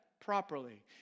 properly